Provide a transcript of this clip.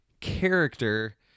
character